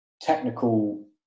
technical